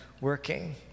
working